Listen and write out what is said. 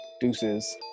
Deuces